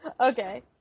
okay